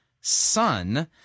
son